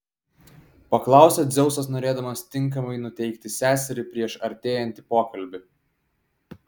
paklausė dzeusas norėdamas tinkamai nuteikti seserį prieš artėjantį pokalbį